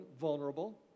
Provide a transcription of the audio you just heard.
vulnerable